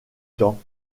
temps